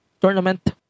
tournament